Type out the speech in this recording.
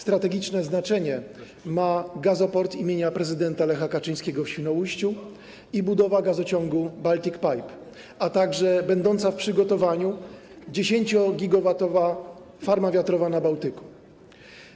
Strategiczne znaczenie ma gazoport im. prezydenta Lecha Kaczyńskiego w Świnoujściu i budowa gazociągu Baltic Pipe, a także będąca w przygotowaniu 10-gigawatowa farma wiatrowa na Bałtyku,